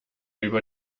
über